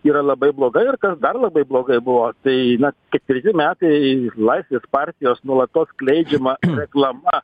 yra labai blogai ir dar labai blogai buvo tai na ketvirti metai laisvės partijos nuolatos skleidžiama reklama